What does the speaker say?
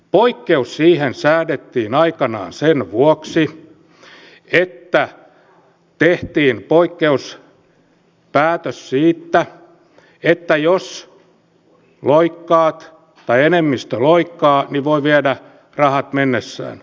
poikkeus siihen säädettiin aikanaan sen vuoksi että tehtiin poikkeuspäätös siitä että jos loikkaat tai enemmistö loikkaa niin voi viedä rahat mennessään